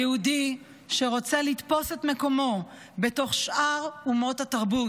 היהודי שרוצה לתפוס את מקומו בתוך שאר אומות התרבות.